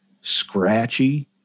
scratchy